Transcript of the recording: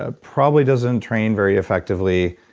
ah probably doesn't train very effectively,